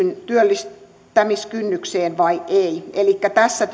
työllistämiskynnykseen vai ei elikkä tässä